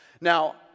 Now